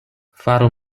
faru